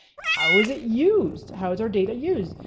how is it used? how is our data use?